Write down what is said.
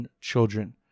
children